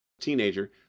teenager